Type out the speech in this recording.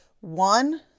one